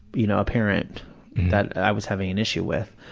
you know, a parent that i was having an issue with,